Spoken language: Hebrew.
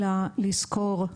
אלא לזכור,